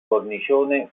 cornicione